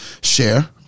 Share